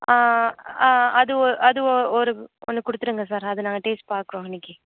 அது ஓ அது ஓ ஒரு ஒன்று கொடுத்துருங்க சார் அது நாங்கள் டேஸ்ட் பார்க்கறோம் இன்னிக்கு